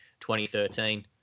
2013